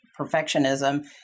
perfectionism